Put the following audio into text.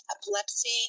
epilepsy